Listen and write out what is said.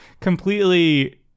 completely